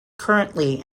currently